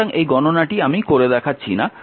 সুতরাং এই গণনাটি আমি করে দেখাচ্ছি না